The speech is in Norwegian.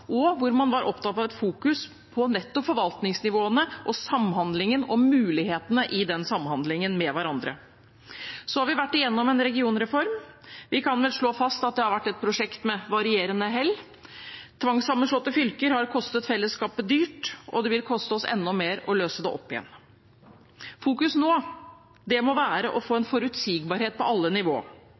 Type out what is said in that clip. og man var opptatt av et fokus på nettopp forvaltningsnivåene og samhandlingen og mulighetene i den samhandlingen med hverandre. Vi har vært igjennom en regionreform. Vi kan vel slå fast at det har vært et prosjekt med varierende hell. Tvangssammenslåtte fylker har kostet fellesskapet dyrt, og det vil koste oss enda mer å løse dem opp igjen. Det må nå fokuseres på å få en forutsigbarhet på alle nivå,